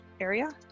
area